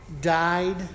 died